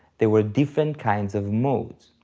there were different kinds of modes.